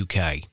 UK